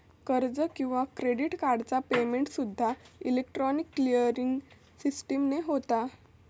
कर्ज किंवा क्रेडिट कार्डचा पेमेंटसूद्दा इलेक्ट्रॉनिक क्लिअरिंग सिस्टीमने होता